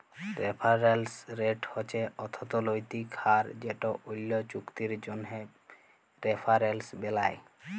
referrals rate হছে অথ্থলৈতিক হার যেট অল্য চুক্তির জ্যনহে রেফারেলস বেলায়